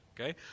Okay